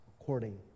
according